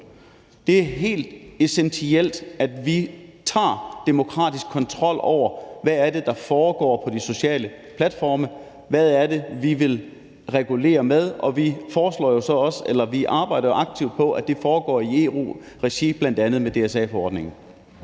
Det er helt essentielt, at vi tager demokratisk kontrol over, hvad det er, der foregår på de sociale platforme, og hvad det er, vi vil regulere med. Og vi arbejder jo aktivt på, at det foregår i EU-regi, bl.a. med DSA-forordningen.